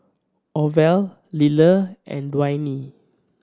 Orvel Liller and Dwaine